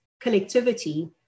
collectivity